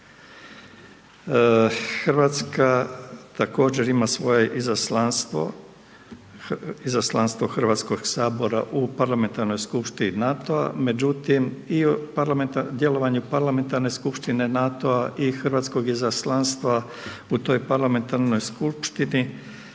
Hrvatska također ima svoje izaslanstvo, izaslanstvo Hrvatskog sabora u Parlamentarnoj skupštini NATO-a, međutim i djelovanje Parlamentarne skupštine NATO-a i hrvatskog izaslanstva u toj parlamentarnoj skupštini